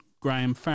Graham